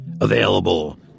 Available